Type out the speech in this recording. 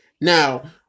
Now